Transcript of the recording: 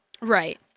Right